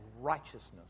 righteousness